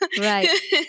Right